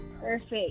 Perfect